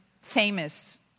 famous